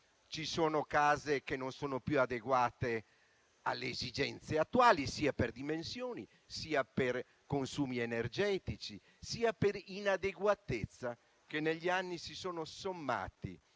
ci sono case che non sono più adeguate alle esigenze attuali sia per dimensioni, sia per consumi energetici, sia per inadeguatezza, che negli anni si sono sommati